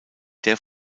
der